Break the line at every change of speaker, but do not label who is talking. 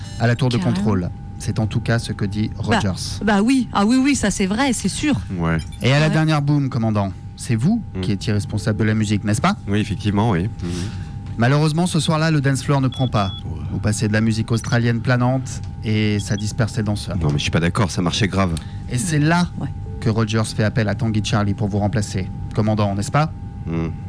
À la tour de contrôle. C'est en tout cas ce que dit
Bah,
Rogers.
bah oui. Ah oui, oui, ça, c'est vrai, c'est sûr.
Ouais.
Et à la
Ah ouais.
dernière boum, commandant, c'est vous
Mm.
qui étiez responsable de la musique, n'est-ce pas ?
Oui, effectivement, oui. Mm.
Malheureusement, ce soir-là, le dance floor ne prend pas.
Ouais.
Vous passez de la musique australienne planante et ça dispersait les danseurs.
Non, mais je suis pas d'accord, ça marchait grave.
Et
Mm.
c'est là
Ouais.
que Rogers fait appel à Tanguy Charlie pour vous remplacer. Commandant, n'est-ce pas ?
Mm.